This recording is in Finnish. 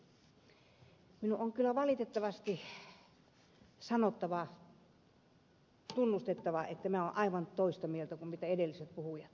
minun on kyllä valitettavasti sanottava tunnustettava että minä olen aivan toista mieltä kuin edelliset puhujat